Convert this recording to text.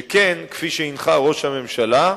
שכן כפי שהנחה ראש הממשלה,